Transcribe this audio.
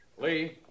Lee